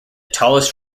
tallest